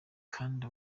kandi